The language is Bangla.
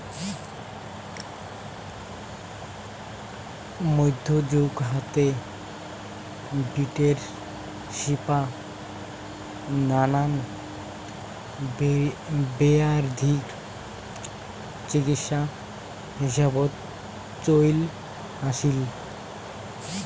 মইধ্যযুগ হাতে, বিটের শিপা নানান বেয়াধির চিকিৎসা হিসাবত চইল আছিল